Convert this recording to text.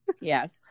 yes